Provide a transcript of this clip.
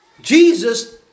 Jesus